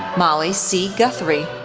molly c. guthrie,